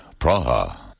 Praha